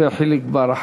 וחיליק בר,